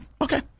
okay